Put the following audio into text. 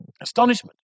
astonishment